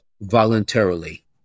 voluntarily